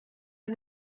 and